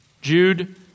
Jude